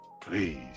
Please